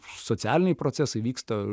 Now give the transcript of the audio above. socialiniai procesai vyksta